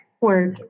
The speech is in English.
work